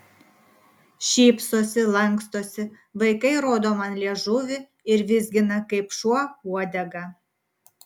šypsosi lankstosi vaikai rodo man liežuvį ir vizgina kaip šuo uodegą